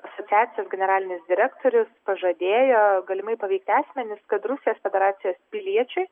asociacijos generalinis direktorius pažadėjo galimai paveikti asmenis kad rusijos federacijos piliečiui